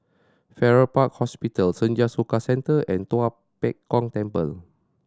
Farrer Park Hospital Senja Soka Centre and Tua Pek Kong Temple